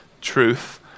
truth